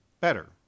better